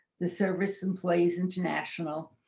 the service employees international,